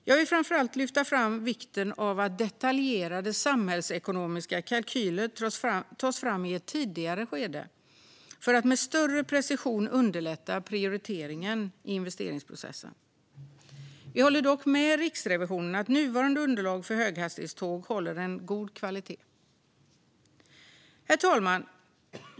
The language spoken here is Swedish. Jag vill framför allt lyfta fram vikten av att detaljerade samhällsekonomiska kalkyler tas fram i ett tidigare skede för att med större precision underlätta prioriteringen i investeringsprocessen. Vi håller dock med Riksrevisionen om att nuvarande underlag för höghastighetståg är av god kvalitet. Herr talman!